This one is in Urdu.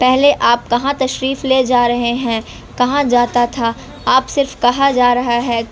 پہلے آپ کہاں تشریف لے جا رہے ہیں کہاں جاتا تھا آپ صرف کہا جا رہا ہے